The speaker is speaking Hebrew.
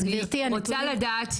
אני רוצה לדעת,